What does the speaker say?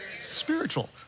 spiritual